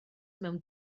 mewn